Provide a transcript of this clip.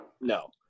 No